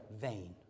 vain